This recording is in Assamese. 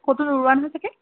ক'তো নোৰোঁৱা নহয় চাগে